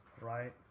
right